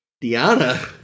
Diana